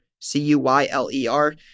C-U-Y-L-E-R